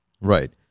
Right